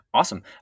awesome